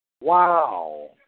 Wow